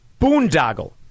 boondoggle